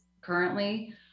currently